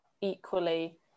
equally